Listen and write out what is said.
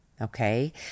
Okay